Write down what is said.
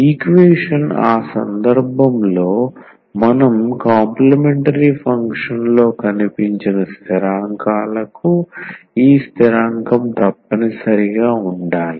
equation ఆ సందర్భంలో మనం కాంప్లీమెంటరీ ఫంక్షన్ లో కనిపించిన స్థిరాంకాలకు ఈ స్థిరాంకం తప్పనిసరిగా ఉండాలి